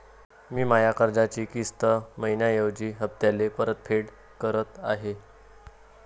मी माया कर्जाची किस्त मइन्याऐवजी हप्त्याले परतफेड करत आहे